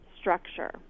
structure